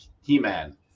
he-man